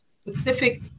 specific